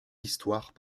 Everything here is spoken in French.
histoires